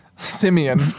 Simeon